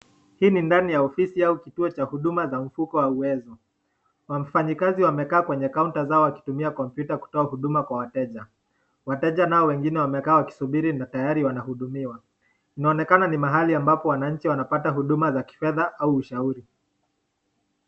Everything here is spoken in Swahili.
Hii ni ndani ya ofisi au kituo cha huduma za mfuko wa uwezo. Wafanyikazi wamekaa kwenye kaunta zao wakitumia kompyuta kutoa huduma kwa wateja. Wateja nao wengine wamekaa wakisubiri na tayari wanahudumiwa. Inaonekana ni mahali ambapo wananchi wanapata huduma za kifedha au ushauri.